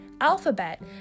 Alphabet